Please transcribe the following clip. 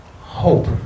hope